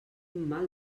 mal